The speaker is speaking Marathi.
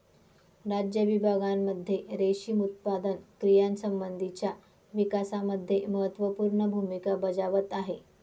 राज्य विभागांमध्ये रेशीम उत्पादन क्रियांसंबंधीच्या विकासामध्ये महत्त्वपूर्ण भूमिका बजावत आहे